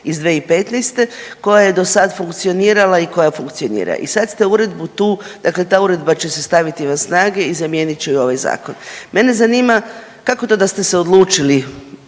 iz 2015. koja je do sad funkcionirala i koja funkcionira i sad ste uredbu tu dakle ta uredba će se staviti van snage i zamijenit će ju ovaj zakon. Mene zanima kako to da ste se odlučili